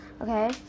Okay